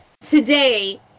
today